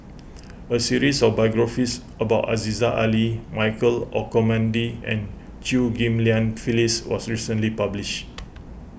a series of biographies about Aziza Ali Michael Olcomendy and Chew Ghim Lian Phyllis was recently published